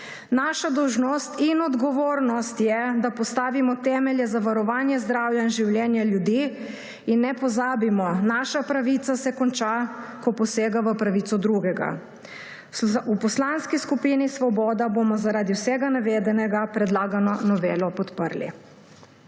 Naša dolžnost in odgovornost je, da postavimo temelje za varovanje zdravja in življenja ljudi. In ne pozabimo, naša pravica se konča, ko posega v pravico drugega. V Poslanski skupini Svoboda bomo zaradi vsega navedenega predlagano novelo podprli.